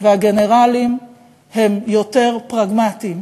והגנרלים הם יותר פרגמטיים,